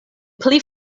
pli